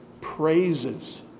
praises